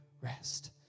rest